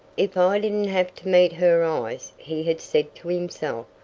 if i didn't have to meet her eyes, he had said to himself,